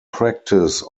practise